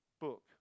book